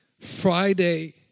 Friday